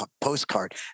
postcard